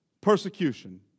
Persecution